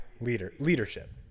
Leadership